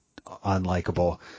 unlikable